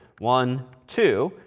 one, two,